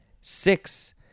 six